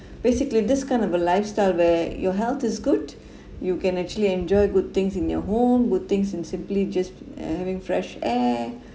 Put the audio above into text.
basically this kind of a lifestyle where your health is good you can actually enjoy good things in your home good things in simply just uh having fresh air